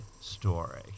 story